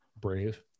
Brave